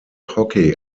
hockey